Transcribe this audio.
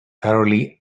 thoroughly